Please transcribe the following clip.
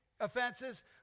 offenses